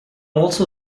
also